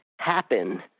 happen